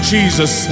Jesus